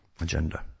Agenda